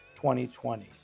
2020